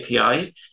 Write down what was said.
API